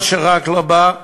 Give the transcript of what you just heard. מה שרק לא בא,